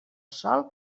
sol